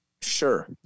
sure